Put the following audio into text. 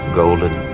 golden